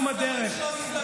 אל תדאג, אל תדאג.